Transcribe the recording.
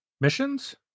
missions